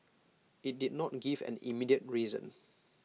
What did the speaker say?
IT did not give an immediate reason